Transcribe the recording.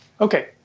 Okay